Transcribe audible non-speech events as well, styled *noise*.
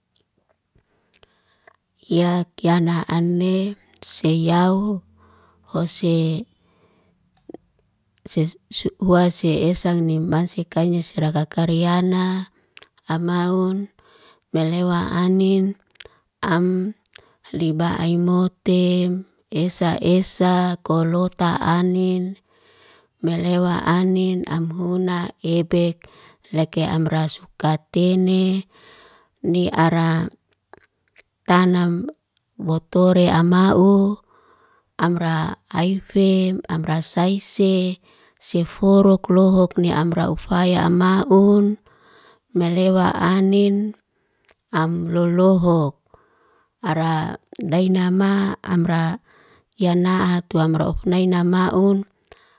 *noise* yak yana ane seyau'o. Hose *noise* ses *hesitation* su *hesitation* hua se esa ni masek kainyes rakak'karyana, amaun melewa anin, am liba ai motem esa esa kolota anin, melewa anin, am huna ebek leke amra sukatene. Ni ara *hesitation* tanam botore amau, amra aifem, amra sayse. Seforuklohok ni amra ufaya. Amaun melewa anin. Am lolohok. Ara dainama amra yana'a tuamrohof nainamaun.